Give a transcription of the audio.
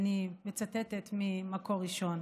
אני מצטטת ממקור ראשון.